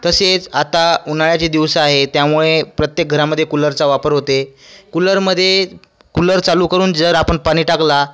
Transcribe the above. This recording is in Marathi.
तसेच आता उन्हाळ्याचे दिवस आहे त्यामुळे प्रत्येक घरामध्ये कूलरचा वापर होते कूलरमध्ये कूल्लर चालू करून जर आपण पानी टाकला